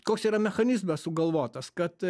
koks yra mechanizmas sugalvotas kad